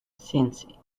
since